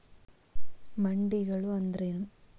ಮಂಡಿಗಳು ಅಂದ್ರೇನು?